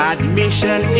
Admission